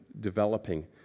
developing